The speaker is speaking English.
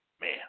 man